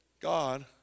God